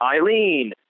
Eileen